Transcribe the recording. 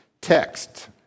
text